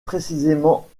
précisément